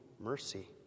mercy